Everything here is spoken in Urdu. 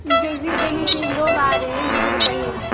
انٹرویو دینے کے لیے لوگ آ رہے ہیں مجھے بتائیے گا